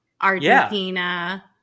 Argentina